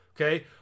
okay